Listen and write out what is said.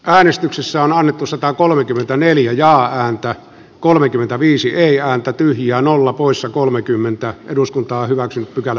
äänestyksessä on alettu satakolmekymmentäneljä ja ääntä kolmekymmentäviisi neljä ääntä tyhjään olla sitten pykälän poistoa koskevasta ehdotuksesta